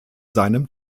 seinem